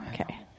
okay